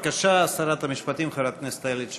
בבקשה, שרת המשפטים חברת הכנסת איילת שקד.